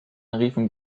riefen